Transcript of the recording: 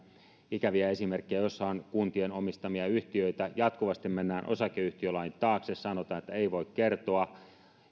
ikäviä esimerkkejä joissa on kuntien omistamia yhtiöitä jatkuvasti mennään osakeyhtiölain taakse sanotaan että ei voi kertoa